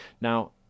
Now